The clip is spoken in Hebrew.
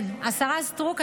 השרה סטרוק,